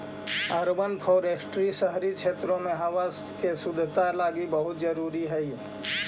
urban forestry शहरी क्षेत्रों में हावा के शुद्धता लागी बहुत जरूरी हई